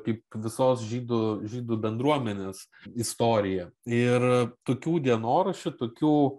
kaip visos žydų žydų bendruomenės istorija ir tokių dienoraščių tokių